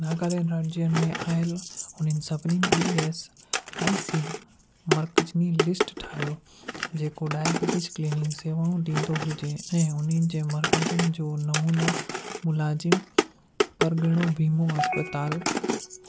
नागालैंड राज्यनि में आयलु उन्हनि सभिनी ई एस आई सी मर्कज़नि जी लिस्ट ठाहियो जेको डायबिटीज़ क्लिनिक शेवाऊं ॾींदो हुजे ऐं उन्हनि जे मर्कज़नि जो नमूनो मुलाज़िम परॻणो वीमो अस्पताल